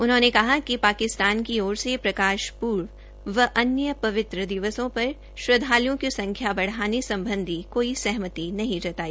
उन्होंने कहा कि पाकिस्तान की ओर से प्रकाश पूर्व व अन्य पवित्र दिवसों पर श्रद्वालुओं की संख्या बढ़ाने सम्बधी कोई सहमति नहीं जताई